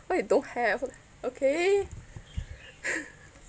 why you don't have okay